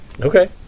Okay